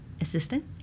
assistant